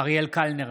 אריאל קלנר,